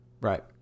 Right